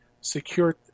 secured